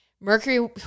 Mercury